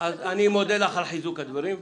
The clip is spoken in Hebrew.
כתוב --- אני מודה לך על חיזוק הדברים,